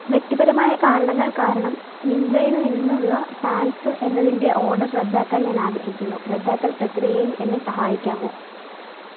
വ്യക്തിപരമായ കാരണങ്ങൾ കാരണം മിന്ത്രയിൽ നിന്നുള്ള പാൻസ്സ് എന്നതിന്റെ ഓഡർ റദ്ദാക്കാൻ ഞാൻ ആഗ്രഹിക്കുന്നു റദ്ദാക്കൽ പ്രക്രിയയിൽ എന്നെ സഹായിക്കാമോ